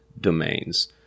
domains